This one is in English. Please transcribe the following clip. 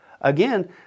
Again